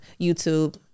YouTube